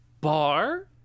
bar